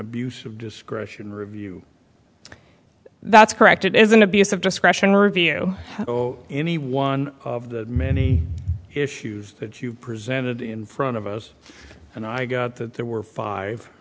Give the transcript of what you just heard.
of discretion review that's correct it is an abuse of discretion review or any one of the many issues that you presented in front of us and i got that there were five